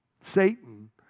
Satan